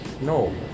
No